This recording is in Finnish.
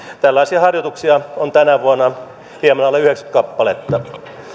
tällaisia harjoituksia on tänä vuonna hieman alle yhdeksänkymmentä kappaletta